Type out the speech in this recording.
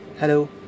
Hello